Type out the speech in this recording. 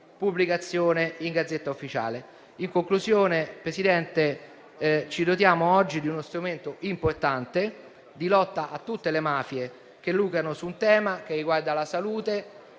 pubblicazione in *Gazzetta Ufficiale*. In conclusione, Signor Presidente, ci dotiamo oggi di uno strumento importante di lotta a tutte le mafie che lucrano su un tema che riguarda la salute